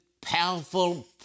powerful